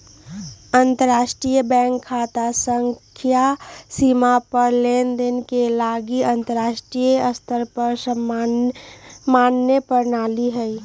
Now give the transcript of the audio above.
अंतरराष्ट्रीय बैंक खता संख्या सीमा पार लेनदेन के लागी अंतरराष्ट्रीय स्तर पर मान्य प्रणाली हइ